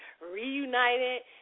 reunited